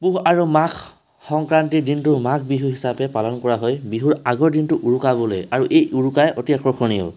পুহ আৰু মাঘ সংক্ৰান্তিৰ দিনটো মাঘ বিহু হিচাপে পালন কৰা হয় বিহুৰ আগৰ দিনটো উৰুকা বোলে আৰু এই উৰুকা অতি আকৰ্ষণীয়